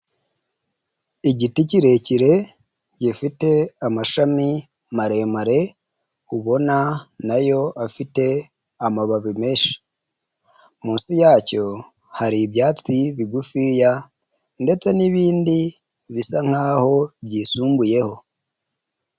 Igiti kirekire gifite amashami maremare ubona nayo afite amababi menshi, munsi yacyo hari ibyatsi bigufiya ndetse n'ibindi bisa nk'aho byisumbuyeho.